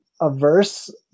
averse